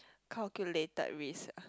calculated risk